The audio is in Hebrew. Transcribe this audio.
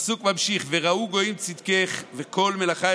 הפסוק ממשיך: "וראו גוים צדקך וכל מלכים